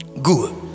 good